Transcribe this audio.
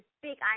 speak